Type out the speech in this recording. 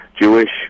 Jewish